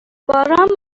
باران